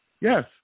Yes